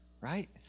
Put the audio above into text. right